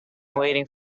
waiting